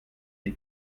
die